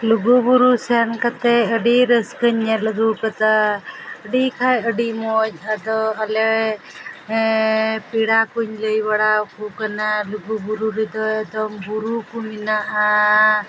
ᱞᱩᱜᱩ ᱵᱩᱨᱩ ᱥᱮᱱ ᱠᱟᱛᱮ ᱟᱹᱰᱤ ᱨᱟᱹᱥᱠᱟᱹᱧ ᱧᱮᱞ ᱟᱹᱜᱩ ᱟᱠᱟᱫᱟ ᱟᱹᱰᱤ ᱠᱷᱟᱱ ᱟᱹᱰᱤ ᱢᱚᱡᱽ ᱟᱫᱚ ᱟᱞᱮ ᱯᱮᱲᱟ ᱠᱚᱧ ᱞᱟᱹᱭ ᱵᱟᱲᱟᱣᱟᱠᱚ ᱠᱟᱱᱟ ᱞᱩᱜᱩ ᱵᱩᱨᱩ ᱨᱮᱫᱚ ᱮᱠᱫᱚᱢ ᱵᱩᱨᱩ ᱠᱚ ᱢᱮᱱᱟᱜᱼᱟ